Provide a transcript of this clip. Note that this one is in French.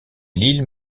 lille